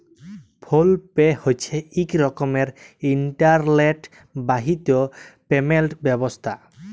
ফোল pay হছে ইক রকমের ইলটারলেট বাহিত পেমেলট ব্যবস্থা